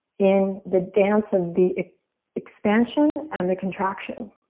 in the dance of the expansion and the contraction.